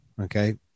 Okay